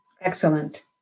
Excellent